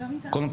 לא מטעם